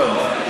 הבנתי.